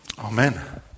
Amen